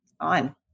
on